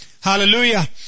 Hallelujah